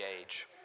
age